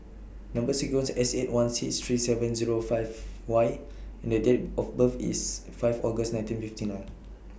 Number sequence IS S eight one six three seven Zero five Y and Date of birth IS five August nineteen fifty nine